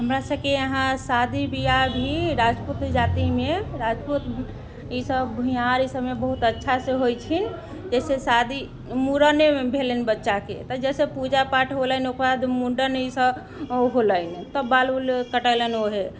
हमरा सबके यहाँ शादी बिआह भी राजपूत जातिमे राजपूत ई सब भूमिहार ई सबमे बहुत अच्छा से होइत छै जैसे शादी मूड़नेमे भेलनि बच्चाके तऽ जैसे पूजा पाठ होलनि ओकर बाद मुंडन ई सब ओ होलनि तब बाल उल कटेलनि ओहे